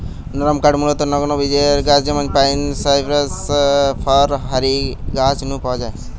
নরমকাঠ মূলতঃ নগ্নবীজের গাছ যেমন পাইন, সাইপ্রাস, ফার হারি গাছ নু পাওয়া যায়